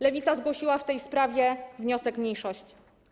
Lewica zgłosiła w tej sprawie wniosek mniejszości.